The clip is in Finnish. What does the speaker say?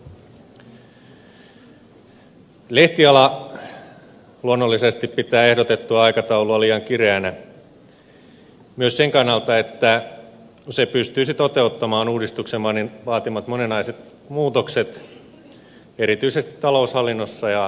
lehtiala luonnollisesti pitää ehdotettua aikataulua liian kireänä myös sen kannalta että se pystyisi toteuttamaan uudistuksen vaatimat moninaiset muutokset erityisesti taloushallinnossa ja laskutuksessa